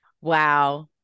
Wow